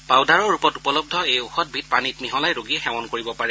পাউদাৰৰ ৰূপত উপলব্ধ এই ঔষধবিধ পানীত মিহলাই ৰোগীয়ে সেৱন কৰিব পাৰে